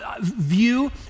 view